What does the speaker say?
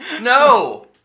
No